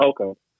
Okay